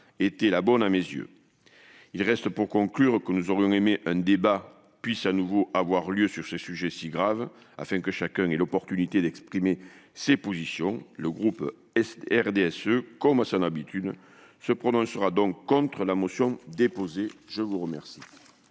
était la bonne à mes yeux. Il reste, pour conclure, que nous aurions aimé qu'un débat puisse de nouveau avoir lieu sur ces sujets si graves afin que chacun ait la possibilité de réaffirmer ses positions. Le groupe du RDSE, fidèle à son habitude, se prononcera donc contre la motion déposée. La parole